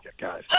guys